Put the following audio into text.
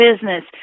business